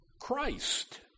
Christ